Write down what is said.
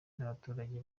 n’abaturage